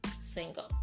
single